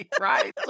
Right